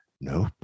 nope